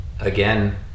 again